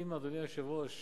אם אדוני היושב-ראש